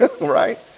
right